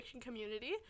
community